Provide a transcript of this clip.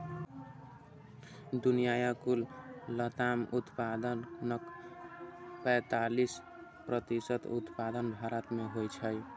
दुनियाक कुल लताम उत्पादनक पैंतालीस प्रतिशत उत्पादन भारत मे होइ छै